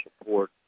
support